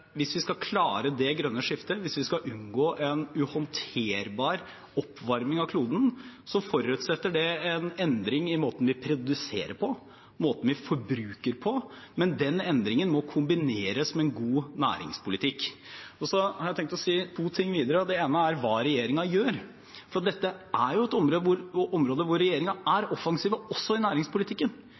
hvis vi skal klare det grønne skiftet, hvis vi skal unngå en uhåndterbar oppvarming av kloden, forutsetter det en endring i måten vi produserer på, måten vi forbruker på. Men den endringen må kombineres med en god næringspolitikk. Så har jeg tenkt å si to ting til. Det ene er hva regjeringen gjør, for dette er jo et område hvor regjeringen er offensiv, også i næringspolitikken.